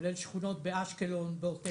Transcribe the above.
כולל שכונות באשקלון ועוטף עזה.